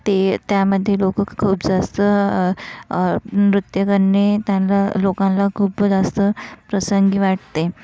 ते त्यामध्ये लोकं खूप जास्त नृत्य करणे त्यांना लोकांना खूप जास्त प्रसंगी वाटते